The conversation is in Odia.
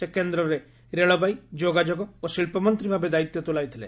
ସେ କେନ୍ଦ୍ରରେ ରେଳବାଇ ଯୋଗାଯୋଗ ଓ ଶିଳ୍ପ ମନ୍ତ୍ରୀ ଭାବେ ଦାୟିତ୍ୱ ତୁଲାଇଥିଲେ